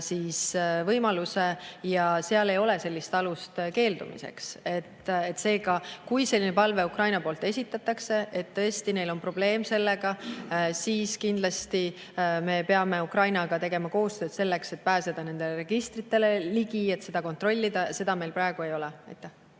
kaitse võimaluse. Ja seal ei ole sellist alust keeldumiseks. Seega, kui Ukraina tõesti sellise palve esitaks, et neil on probleem sellega, siis kindlasti me peame Ukrainaga tegema koostööd selleks, et pääseda nende registritele ligi ja seda kontrollida. Seda meil praegu ei ole. Aitäh!